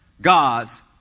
God's